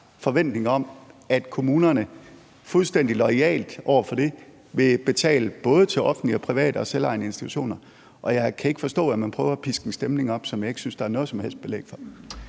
forventning om, at kommunerne fuldstændig loyalt over for det vil betale både til offentlige, private og selvejende institutioner, og jeg kan ikke forstå, at man prøver at piske en stemning op, som jeg ikke synes der er noget som helst belæg for.